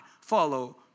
follow